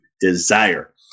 desire